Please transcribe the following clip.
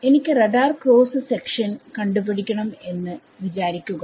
എനിക്ക് radar cross section കണ്ട് പിടിക്കണം എന്ന് വിചാരിക്കുക